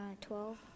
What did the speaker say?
Twelve